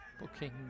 booking